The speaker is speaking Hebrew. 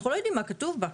אנחנו לא יודעים מה כתוב בה,